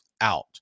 out